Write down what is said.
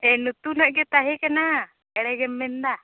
ᱮ ᱞᱩᱛᱩᱨ ᱨᱮᱱᱟᱜ ᱜᱮ ᱛᱟᱦᱮᱸ ᱠᱟᱱᱟ ᱮᱲᱮ ᱜᱮᱢ ᱢᱮᱱᱫᱟ